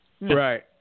right